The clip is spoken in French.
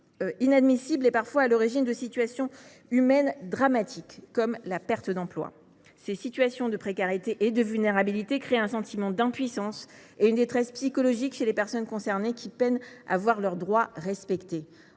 inadmissibles sont parfois à l’origine de situations humaines dramatiques, comme la perte d’un emploi. Ces situations de précarité et de vulnérabilité créent un sentiment d’impuissance et une détresse psychologique chez les personnes concernées, qui peinent à voir leurs droits respectés.